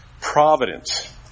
Providence